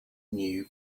new